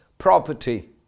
property